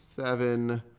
seven,